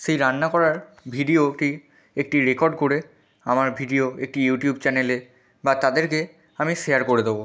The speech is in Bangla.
সেই রান্না করার ভিডিওটি একটি রেকর্ড করে আমার ভিডিও একটি ইউটিউব চ্যানেলে বা তাদেরকে আমি শেয়ার করে দোবো